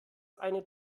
eine